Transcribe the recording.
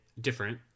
different